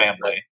family